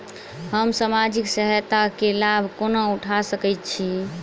हम सामाजिक सहायता केँ लाभ कोना उठा सकै छी?